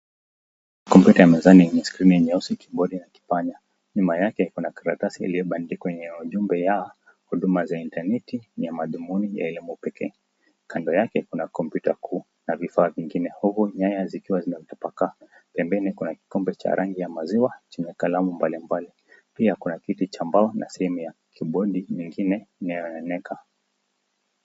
Kompyuta mezani ni skrini nyeusi, kibodi na kipanya. Nyuma yake kuna karatasi iliyobandikwa yenye ujumbe ya huduma za intaneti ya madhumuni ya elimu pekee. Kando yake kuna kompyuta kuu na vifaa vingine huku nyaya zikiwa zimetapaka. Pembeni kuna kikombe cha rangi ya maziwa chenye kalamu mbali mbali. Pia kuna kiti cha mbao na sehemu ya kibodi mingine inayo oneka.